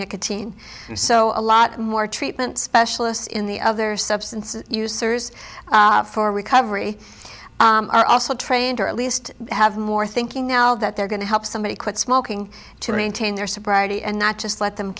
nicotine so a lot more treatment specialists in the other substances users for recovery are also trained or at least have more thinking now that they're going to help somebody quit smoking to maintain their sobriety and not just let them